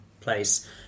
place